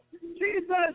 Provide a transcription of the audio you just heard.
Jesus